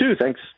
thanks